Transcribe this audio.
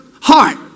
heart